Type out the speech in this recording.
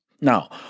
Now